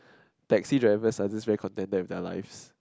taxi driver are just very contented with their lives